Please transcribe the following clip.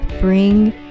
bring